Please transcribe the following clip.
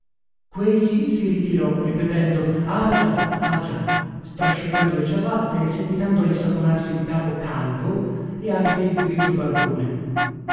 quegli si ritirò ripetendo ah già ah già strascicando le ciabatte e seguitando a insaponarsi il capo calvo e anche il grigio barbone